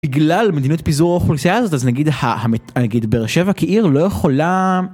בגלל מדינות פיזור אוכלוסייה הזאת, אז נגיד ה... נגיד באר שבע כעיר, לא יכולה...